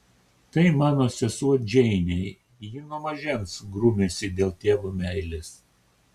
tai mano sesuo džeinė ji nuo mažens grumiasi dėl tėvo meilės